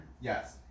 Yes